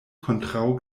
kontraŭ